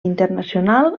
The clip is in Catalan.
internacional